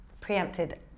preempted